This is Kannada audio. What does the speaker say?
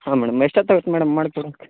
ಹಾಂ ಮೇಡಮ್ ಎಷ್ಟೊತ್ತು ಆಗತ್ತು ಮೇಡಮ್ ಮಾಡ್ಕೊಡೋಕೆ